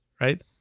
right